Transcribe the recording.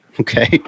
Okay